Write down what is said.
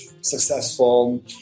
successful